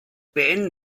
beenden